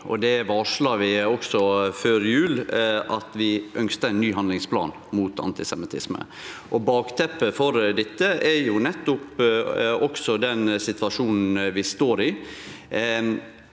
vi varsla også før jul at vi ønskte ein ny handlingsplan mot antisemittisme. Bakteppet for dette er nettopp den situasjonen vi står i.